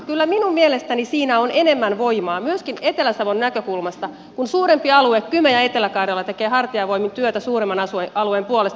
kyllä minun mielestäni siinä on enemmän voimaa myöskin etelä savon näkökulmasta kun suurempi alue kymi ja etelä karjala tekee hartiavoimin työtä suuremman alueen puolesta